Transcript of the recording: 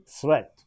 threat